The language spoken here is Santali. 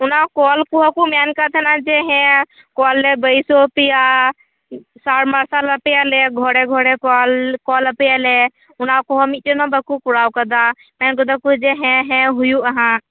ᱚᱱᱟ ᱠᱚᱞ ᱠᱩᱭᱟᱹᱠᱚ ᱢᱮᱱᱠᱟ ᱛᱟᱦᱮᱱᱟ ᱡᱮ ᱦᱮᱸ ᱠᱚᱞ ᱞᱮ ᱵᱟᱹᱤᱥᱟᱹᱣ ᱯᱮᱭᱟ ᱥᱟᱨᱢᱟᱨᱥᱟᱞ ᱟᱯᱮᱭᱟᱞᱮ ᱜᱷᱚᱨᱮ ᱜᱷᱚᱨᱮ ᱠᱚᱞ ᱠᱚᱞᱟ ᱯᱮᱭᱟᱞᱮ ᱚᱱᱟᱠᱚᱦᱚ ᱢᱤᱫᱴᱮᱱ ᱦᱚ ᱵᱟᱠᱚ ᱠᱚᱨᱟᱣ ᱠᱟᱫᱟ ᱢᱮᱱᱫᱟᱠᱩ ᱡᱮ ᱦᱮ ᱦᱮ ᱦᱩᱭᱩᱜᱼᱟ ᱦᱟᱸᱜ